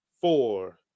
four